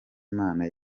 imana